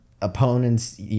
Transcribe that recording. opponent's